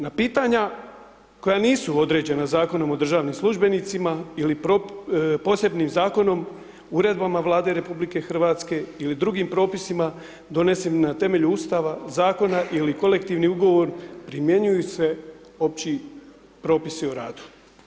Na pitanja, koja nisu određena Zakonom o državnim službenicima, ili posebnim zakonom, uredbama Vlade RH ili drugim propisima, donesen na temelju Ustava, zakona ili kolektivnim ugovor primjenjuju se opći propisi u radu.